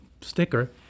sticker